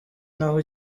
naho